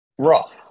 Rough